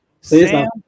Sam